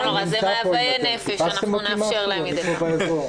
זה מאוויי נפש, נאפשר להם את זה...